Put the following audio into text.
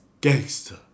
gangster